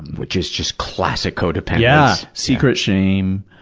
which is just classic co-dependence. yeah! secret shame.